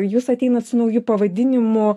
jūs ateinat su nauju pavadinimu